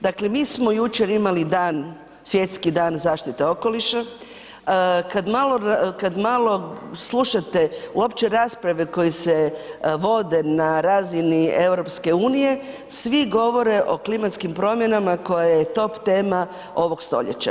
Dakle mi smo jučer imali dan, Svjetski dan zaštite okoliša, kad malo slušate uopće rasprave koje se vode na razini EU-a, svi govore o klimatskim promjenama koja je top tema ovoga stoljeća.